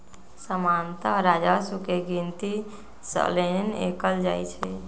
सामान्तः राजस्व के गिनति सलने कएल जाइ छइ